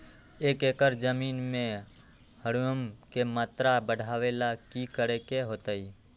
एक एकड़ जमीन में ह्यूमस के मात्रा बढ़ावे ला की करे के होतई?